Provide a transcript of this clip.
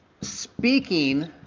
Speaking